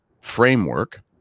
framework